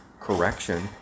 correction